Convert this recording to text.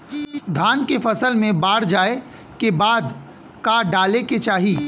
धान के फ़सल मे बाढ़ जाऐं के बाद का डाले के चाही?